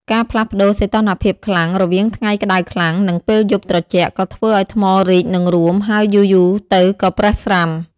ការផ្លាស់ប្ដូរសីតុណ្ហភាពខ្លាំង រវាងថ្ងៃក្ដៅខ្លាំង និងពេលយប់ត្រជាក់ ក៏ធ្វើឱ្យថ្មរីក និងរួម ហើយយូរៗទៅក៏ប្រេះស្រាំ។